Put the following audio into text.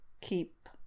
keep